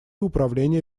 управления